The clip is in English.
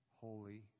holy